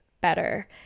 better